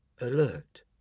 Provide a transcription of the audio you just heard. alert